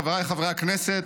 חבריי חברי הכנסת,